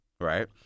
right